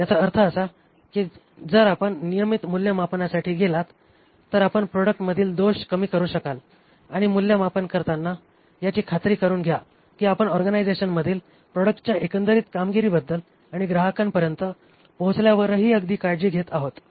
याचा अर्थ असा की जर आपण नियमित मूल्यमापनासाठी गेलात तर आपण प्रॉडक्टमधील दोष कमी करू शकाल आणि मूल्यमापन करताना याची खात्री करून घ्या की आपण ऑर्गनायझेशनमधील प्रॉडक्टच्या एकंदरीत कामगिरीबद्दल आणि ग्राहकांपर्यंत पोहोचल्यावरही अगदी काळजी घेत आहोत